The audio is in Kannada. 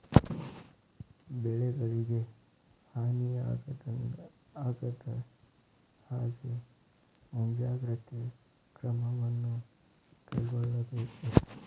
ಬೆಳೆಗಳಿಗೆ ಹಾನಿ ಆಗದಹಾಗೆ ಮುಂಜಾಗ್ರತೆ ಕ್ರಮವನ್ನು ಕೈಗೊಳ್ಳಬೇಕು